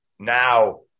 Now